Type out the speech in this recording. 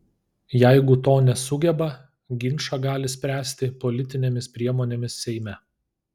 jeigu to nesugeba ginčą gali spręsti politinėmis priemonėmis seime